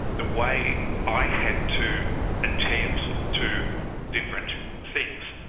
the way i had to attend to different things.